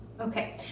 Okay